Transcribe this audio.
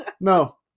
No